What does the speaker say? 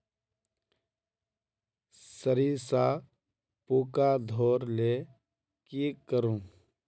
सरिसा पूका धोर ले की करूम?